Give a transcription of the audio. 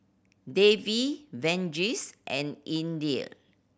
Devi Verghese and Indira